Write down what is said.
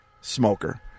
smoker